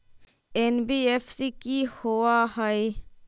NBFC कि होअ हई?